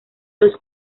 los